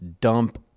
dump